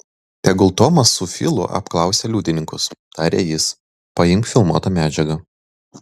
tegul tomas su filu apklausia liudininkus tarė jis paimk filmuotą medžiagą